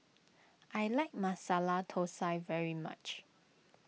I like Masala Thosai very much